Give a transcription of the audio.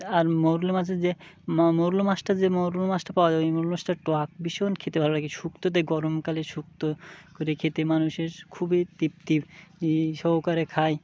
আর মৌরলা মাছের যে মৌরলা মাছটা যে মৌরলা মাছটা পাওয়া যায় ওই মৌরলা মাছটার টক ভীষণ খেতে ভাল লাগে শুক্ত দিয়ে গরমকালে শুক্ত করে খেতে মানুষের খুবই তৃপ্তি সহকারে খায়